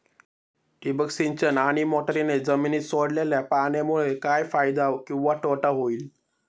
ठिबक सिंचन आणि मोटरीने जमिनीत सोडलेल्या पाण्यामुळे काय फायदा किंवा तोटा होईल?